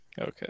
Okay